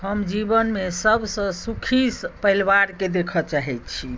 हम जीवनमे सभसँ सुखी परिवारकेँ देखय चाहैत छी